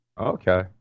Okay